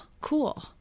cool